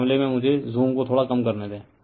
इस मामले में मुझे ज़ूम को थोड़ा कम करने दें